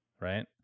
right